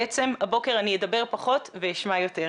בעצם הבוקר אני אדבר פחות ואשמע יותר.